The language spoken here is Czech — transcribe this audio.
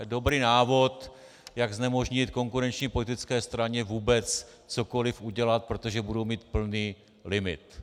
To je dobrý návod, jak znemožnit konkurenční politické straně vůbec cokoliv udělat, protože budou mít plný limit.